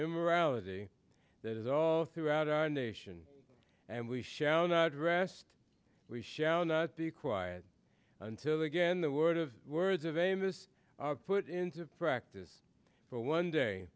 immorality that is all throughout our nation and we shall not rest we shall not be quiet until again the word of words of amos put into practice for one day